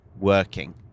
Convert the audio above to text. working